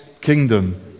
kingdom